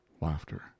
laughter